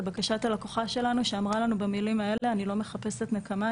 לבקשת הלקוחה שלנו שאמרה לנו במילים האלה "אני לא מחפשת נקמה,